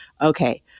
okay